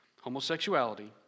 Homosexuality